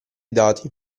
dati